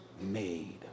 made